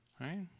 right